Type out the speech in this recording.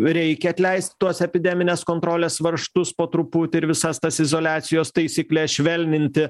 reikia atleisti tuos epideminės kontrolės varžtus po truputį ir visas tas izoliacijos taisykles švelninti